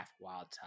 wild-type